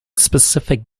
specific